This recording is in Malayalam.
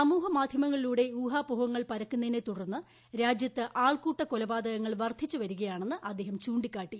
സമൂഹ മാധ്യിമങ്ങളിലൂടെ ഊഹാപോഹങ്ങൾ പരക്കുന്നതിനെ തുടർന്ന് രാജ്യത്ത് ആൾക്കൂട്ട കൊലപാതകങ്ങൾ വർദ്ധിച്ചുവരികയാണെന്ന് അദ്ദേഹർ ചൂണ്ടിക്കാട്ടി